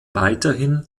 weiterhin